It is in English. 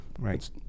right